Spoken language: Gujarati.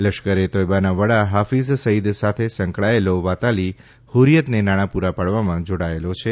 લશ્કરે તોયબાના વડા હાફીઝ સઈદ સાથે સંકળાયેલો વાતાલી હૂરિયતને નાણાં પુરા પાડવામાં જાડાયેલો છે